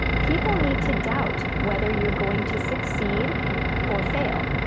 people need to doubt whether you're going to succeed or fail.